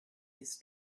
his